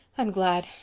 i'm glad.